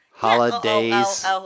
Holidays